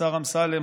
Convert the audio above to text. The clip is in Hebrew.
השר אמסלם,